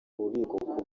bubiko